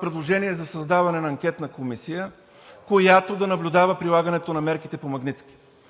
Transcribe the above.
предложение за създаване на анкетна комисия, която да наблюдава прилагането на мерките по „Магнитски“,